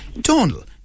Donald